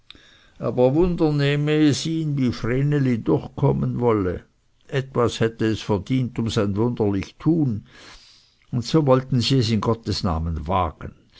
aber wunder nehme es ihn wie vreneli durchkommen wolle etwas hätte es verdient um sein wunderlich tun und so wollten sie es in gottes namen wagen